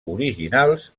originals